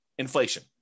Inflation